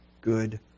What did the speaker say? good